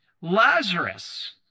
Lazarus